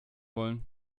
wollen